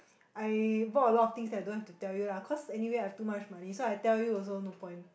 I vote a lot of things that don't have to tell you lah cause anyway I have too much money so I tell you also no point